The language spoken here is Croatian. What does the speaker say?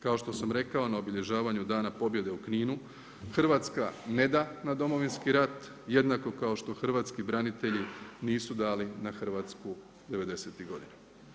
Kao što sam rekao na obilježavanju dana pobjede u Kninu, Hrvatska neda na Domovinski rat, jednako kao što hrvatski branitelji nisu dali na Hrvatsku '90.-tih godina.